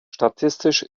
statistisch